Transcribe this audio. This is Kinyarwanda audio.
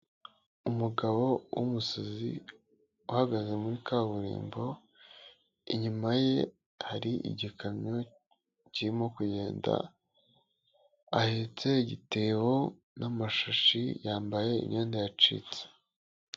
Umugabo w'umusazi uhagaze muri kaburimbo, inyuma ye hari igikamyo kirimo kugenda, ahetse igitebo n'amashashi yambaye imyenda yacitse.